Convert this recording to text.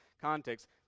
context